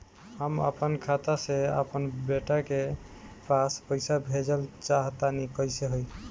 हम आपन खाता से आपन बेटा के पास पईसा भेजल चाह तानि कइसे होई?